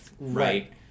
right